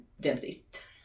Dempsey's